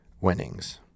winnings